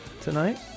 tonight